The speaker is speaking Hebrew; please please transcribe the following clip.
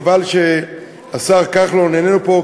חבל שהשר כחלון איננו פה,